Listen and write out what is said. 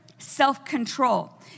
Self-control